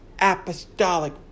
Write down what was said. apostolic